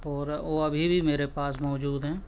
وہ ابھی بھی میرے پاس موجود ہیں